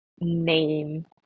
name